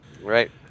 right